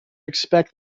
expect